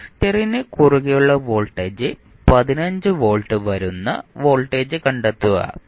കപ്പാസിറ്ററിന് കുറുകെയുള്ള 15 വോൾട്ട് വരുന്ന വോൾട്ടേജ് കണ്ടെത്തുക